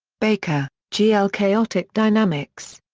baker, g. l. chaotic dynamics.